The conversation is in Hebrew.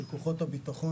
של כוחות הביטחון,